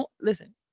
Listen